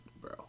bro